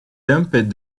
dumped